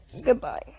goodbye